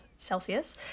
celsius